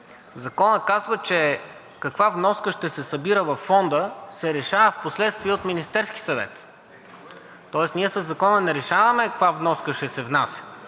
Законът казва, че каква вноска ще се събира във Фонда, се решава впоследствие от Министерския съвет, тоест ние със Закона не решаваме каква вноска ще се внася.